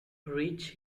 rich